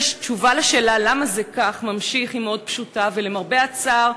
התשובה על השאלה למה זה כך היא מאוד פשוטה: למרבה הצער,